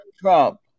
Trump